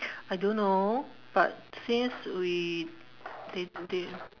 I don't know but since we did did